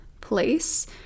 place